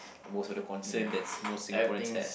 most of the concern that's most Singaporeans has